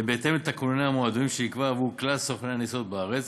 הם בהתאם לתקנוני המועדונים שנקבעו עבור כלל סוכני הנסיעות בארץ.